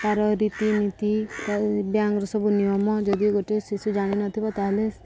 ତାର ରୀତିନୀତି ବ୍ୟାଙ୍କର ସବୁ ନିୟମ ଯଦି ଗୋଟେ ଶିଶୁ ଜାଣିନଥିବ ତାହେଲେ